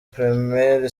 primaire